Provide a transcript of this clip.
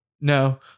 no